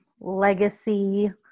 legacy